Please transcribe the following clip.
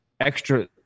extra